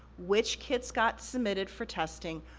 which kits got submitted for testing,